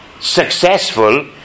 successful